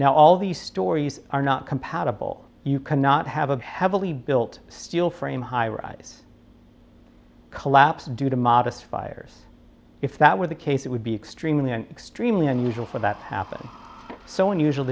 now all these stories are not compatible you cannot have a heavily built steel frame high rise collapse due to modest fires if that were the case it would be extremely and extremely unusual for that happened so unusual